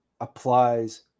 applies